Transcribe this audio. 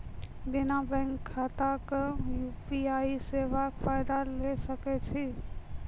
बिना बैंक खाताक यु.पी.आई सेवाक फायदा ले सकै छी?